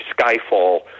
Skyfall